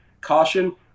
caution